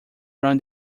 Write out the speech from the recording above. run